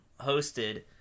hosted